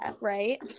right